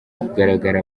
kugaragara